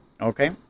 okay